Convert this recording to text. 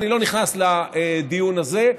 אני לא נכנס לדיון הזה,